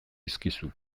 dizkizut